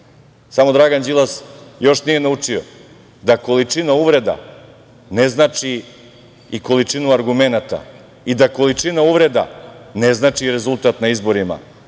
itd. Dragan Đilas još nije naučio da količina uvreda ne znači i količinu argumenata i da količina uvreda ne znači rezultat na izborima.